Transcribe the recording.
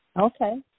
Okay